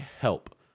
help